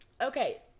okay